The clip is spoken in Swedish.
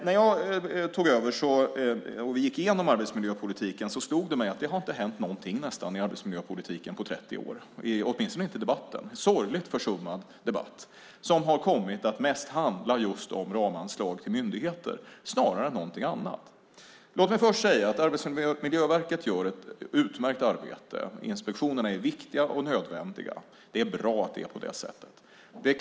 När jag tog över och vi gick igenom arbetsmiljöpolitiken slog det mig att det nästan inte har hänt någonting i arbetsmiljöpolitiken på 30 år, åtminstone inte i debatten. Det är en sorgligt försummad debatt som har kommit att mest handla just om ramanslag till myndigheter snarare än någonting annat. Arbetsmiljöverket gör ett utmärkt arbete. Inspektionerna är viktiga och nödvändiga. Det är bra att det är på det sättet.